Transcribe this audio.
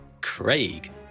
Craig